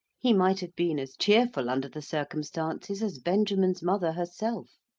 he might have been as cheerful under the circumstances as benjamin's mother herself.